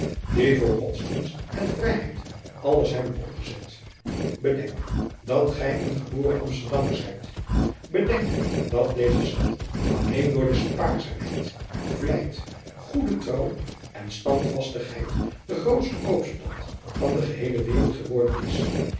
die voor godsdienst en vrijheid alles hebben opgezet bedenk dat gij een geboren amsterdammer zijt bedenk dat deze stad alleen door de spaarzaamheid vlijt goede trouw en standvastigheid de grootste koopstad van de geheele wereld geworden is